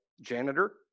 janitor